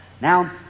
Now